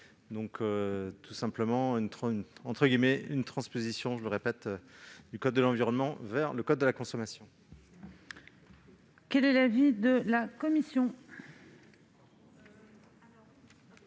en opérant une transposition, du code de l'environnement dans le code de la consommation,